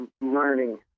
learning